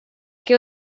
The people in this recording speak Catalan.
que